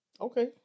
Okay